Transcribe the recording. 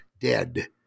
dead